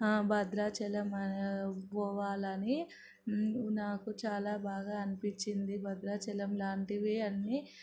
భద్రాచలం పోవాలని నాకు చాలా బాగా అనిపించింది భద్రాచలం లాంటివి అన్నీ